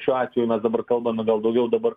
šiuo atveju mes dabar kalbame gal daugiau dabar